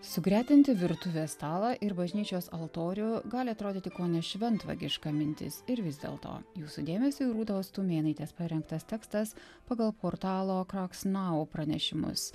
sugretinti virtuvės stalą ir bažnyčios altorių gali atrodyti kone šventvagiška mintis ir vis dėlto jūsų dėmesiui rūtos tumėnaitės parengtas tekstas pagal portalo crocs knew pranešimus